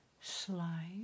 Slide